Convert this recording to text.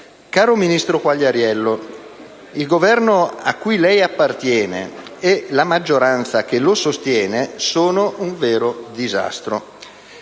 Caro ministro Quagliariello, il Governo a cui lei appartiene e la maggioranza che lo sostiene sono un vero disastro.